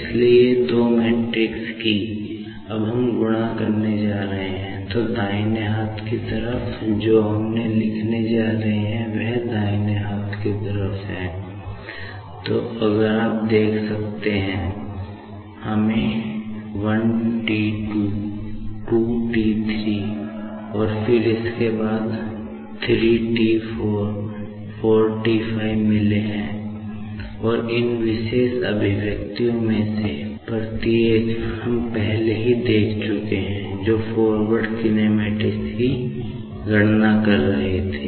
इसलिए ये दो मैट्रिक्स गणना कर रहे थे